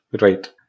Right